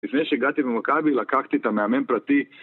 לפני שהגעתי למכבי לקחתי מאמן פרטי